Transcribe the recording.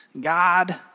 God